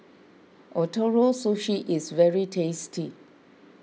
Ootoro Sushi is very tasty